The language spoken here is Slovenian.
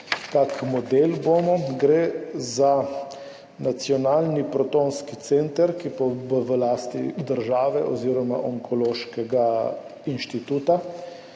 [imeli]. Gre za nacionalni protonski center, ki bo v lasti države oziroma Onkološkega inštituta.